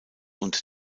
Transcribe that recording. und